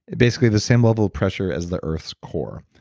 basically the same level of pressure as the earth's core.